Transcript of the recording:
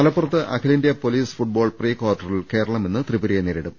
മലപ്പുറത്ത് അഖിലേന്ത്യാ police football pre കാർട്ടറിൽ കേരളം ഇന്ന് ത്രിപുരയെ നേരിടും